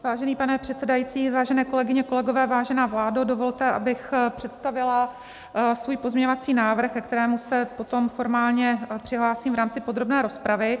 Vážený pane předsedající, vážené kolegyně, vážení kolegové, vážená vládo, dovolte, abych představila svůj pozměňovací návrh, ke kterému se potom formálně přihlásím v rámci podrobné rozpravy.